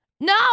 no